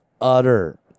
utter